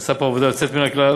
שעשה פה עבודה יוצאת מן הכלל,